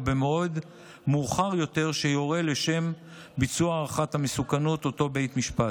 או במועד מאוחר יותר שיורה לשם ביצוע הערכת המסוכנות אותו בית משפט.